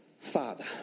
Father